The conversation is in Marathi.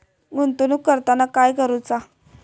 गुंतवणूक करताना काय करुचा?